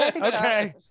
Okay